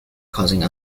causing